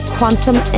Quantum